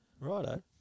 righto